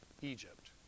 Egypt